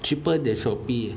cheaper than Shopee eh